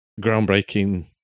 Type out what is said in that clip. groundbreaking